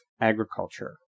agriculture